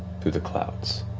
through the clouds.